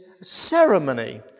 ceremony